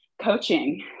coaching